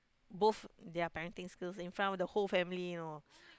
both their parenting skill in front of the whole family you know